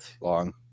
long